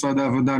משרד העבודה,